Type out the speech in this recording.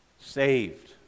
saved